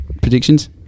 Predictions